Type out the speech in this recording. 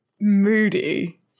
moody